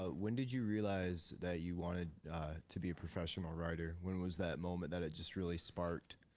ah when did you realize that you wanted to be a professional writer? when was that moment that it just really sparked?